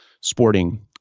sporting